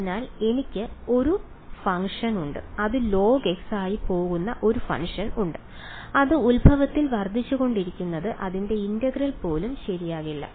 അതിനാൽ എനിക്ക് ഒരു ഫംഗ്ഷൻ ഉണ്ട് അത് log ആയി പോകുന്ന ഒരു ഫംഗ്ഷൻ ഉണ്ട് അത് ഉത്ഭവത്തിൽ വർദ്ധിച്ചുകൊണ്ടിരിക്കുന്നത് അതിന്റെ ഇന്റഗ്രൽ പോലും ശരിയാകില്ല